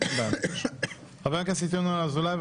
חבר הכנסת ינון אזולאי,